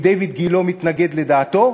כי דיויד גילה מתנגד לדעתו,